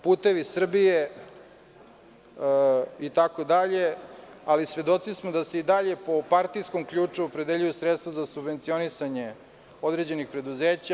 Putevi Srbije“ itd, ali svedoci smo da i dalje po partijskom ključu opredeljuju sredstva za subvencionisanje određenih preduzeća.